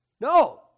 No